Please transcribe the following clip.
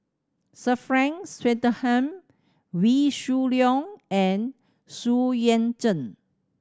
Sir Frank Swettenham Wee Shoo Leong and Xu Yuan Zhen